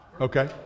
Okay